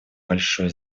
большое